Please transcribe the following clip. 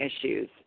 issues